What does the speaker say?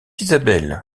isabelle